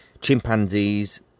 chimpanzees